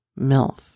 milf